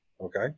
Okay